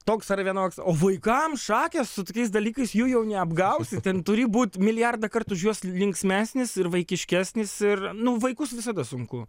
toks ar vienoks o vaikam šakės su tokiais dalykais jų jau neapgausi ten turi būt milijardą kartų už juos linksmesnis ir vaikiškesnis ir nu vaikus visada sunku